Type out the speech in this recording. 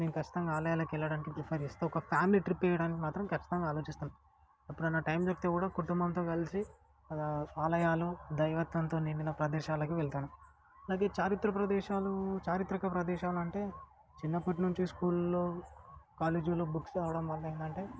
నేను ఖచ్చితంగా ఆలయాలకెళ్ళడానికి ప్రిఫర్ చేస్తా ఒక ఫ్యామిలీ ట్రిప్ వెయ్యడానికి మాత్రం కచ్చితంగా ఆలోచిస్తాను ఎపుడైనా టైం దొరికితే కూడా కుటుంబంతో కలిసి అలా ఆలయాలు దైవత్వంతో నిండిన ప్రదేశాలకు వెళ్తాను అలాగే చారిత్ర ప్రదేశాలు చారిత్రక ప్రదేశాలంటే చిన్నప్పటి నుంచి స్కూల్లో కాలేజీలో బుక్స్ చదవడం వల్లేందంటే